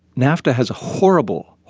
nafta has a horrible,